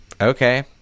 okay